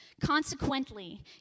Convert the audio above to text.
Consequently